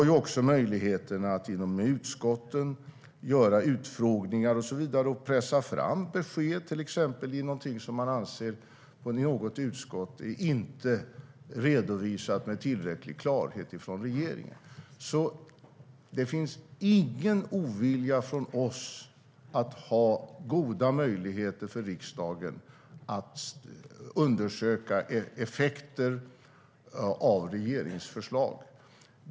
Vi har också möjligheten att inom utskotten göra utfrågningar och så vidare och pressa fram besked, till exempel i fråga om någonting som något utskott anser inte har redovisats med tillräcklig klarhet av regeringen. Det finns alltså ingen ovilja hos oss att ha goda möjligheter för riksdagen att undersöka effekter av regeringsförslag.